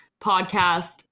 podcast